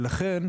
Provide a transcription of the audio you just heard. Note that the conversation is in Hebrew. ולכן,